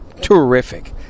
terrific